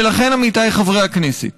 ולכן, עמיתיי חברי הכנסת,